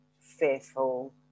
fearful